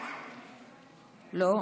לא.